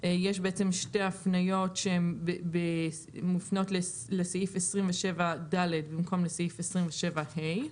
יש בעצם שתי הפניות שהן מופנות לסעיף 27(ד) במקום לסעיף 27(ה).